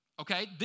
okay